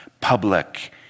public